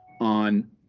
on